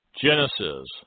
Genesis